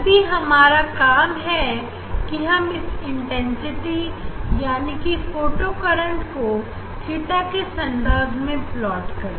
अभी हमारा काम है कि हम इस इंटेंसिटी यानी की फोटो करंट को theta के संदर्भ में प्लॉट करें